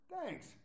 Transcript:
Thanks